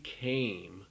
came